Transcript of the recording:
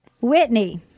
Whitney